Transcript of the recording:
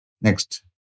Next